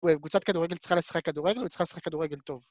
וקבוצת כדורגל צריכה לשחק כדורגל וצריכה לשחק כדורגל טוב